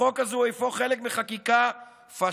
החוק הזה הוא אפוא חלק מחקיקה פשיסטית